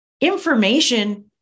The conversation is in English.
information